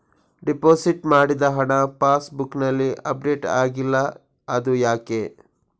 Deposit ಮಾಡಿದ ಹಣ pass ಬುಕ್ನಲ್ಲಿ ಅಪ್ಡೇಟ್ ಆಗಿಲ್ಲ ಅದು ಯಾಕೆ?